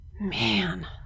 Man